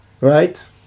right